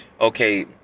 Okay